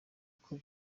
uko